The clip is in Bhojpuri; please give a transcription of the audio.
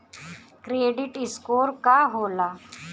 क्रेडिट स्कोर का होला?